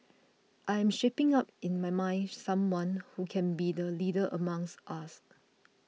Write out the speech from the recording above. I am shaping up in my mind someone who can be the leader amongst us